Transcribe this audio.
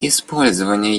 использование